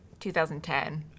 2010